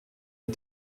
les